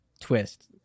twist